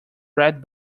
red